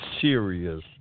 serious